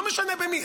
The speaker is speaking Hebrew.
לא משנה במי,